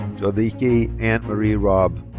jodikei ann-marie robb.